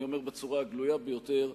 אומר בצורה הגלויה ביותר: